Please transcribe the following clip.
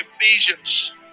Ephesians